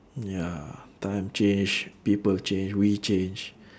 ya time change people change we change